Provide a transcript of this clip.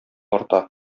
арта